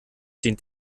dient